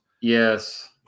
Yes